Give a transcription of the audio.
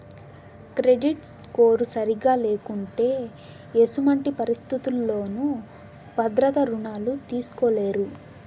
credit score సరిగా లేకుంటే ఎసుమంటి పరిస్థితుల్లోనూ భద్రత రుణాలు తీస్కోలేరు